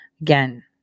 Again